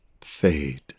fade